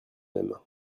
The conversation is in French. même